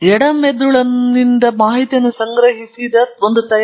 ಆದ್ದರಿಂದ ನಿಮಗೆ ಎಡ ಮೆದುಳಿನ ತಾರ್ಕಿಕವಾಗಿ ಪರಿಹಾರವನ್ನು ಪರೀಕ್ಷಿಸುವ ಪರಿಶೀಲನೆ ಹಂತದ ಅಗತ್ಯವಿದೆ